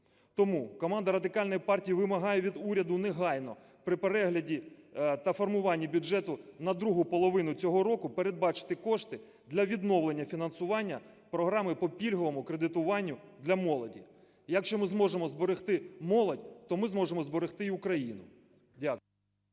Тому команда Радикальної партії вимагає від уряду негайно, при перегляді та формуванні бюджету на другу половину цього року, передбачити кошти для відновлення фінансування програми по пільговому кредитуванню для молоді. Якщо ми зможемо зберегти молодь, то ми зможемо зберегти й Україну. Дякую.